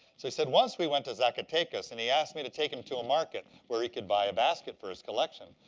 so he said, once we went to zacatecas, and he asked me to take him to a market where he could buy a basket for his collection.